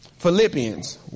Philippians